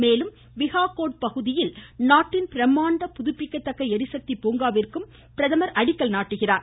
மேலும் விஹாகோட் பகுதியில் நாட்டின் பிரம்மாண்டமான புதுப்பிக்கத்தக்க எரிசக்தி பூங்காவிற்கும் அவர் அடிக்கல் நாட்டுகிறார்